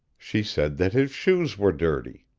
she said that his shoes were dirty.